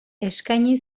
eskaini